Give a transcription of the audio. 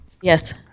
Yes